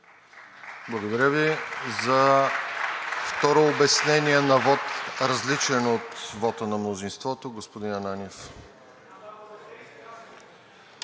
Благодаря Ви. За второ обяснение на вот, различен от вота на мнозинството – господин Настимир